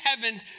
heavens